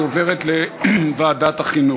היא עוברת לוועדת החינוך.